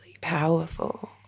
powerful